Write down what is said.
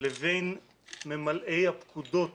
לבין ממלאי הפקודות